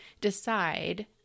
decide